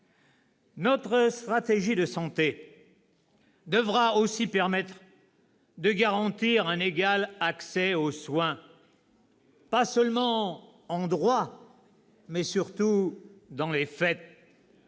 Notre stratégie de santé devra aussi permettre de garantir un égal accès aux soins, pas seulement en droit, mais surtout dans les faits.